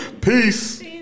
Peace